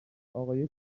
آقای